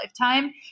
lifetime